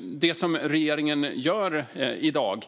Det som regeringen gör i dag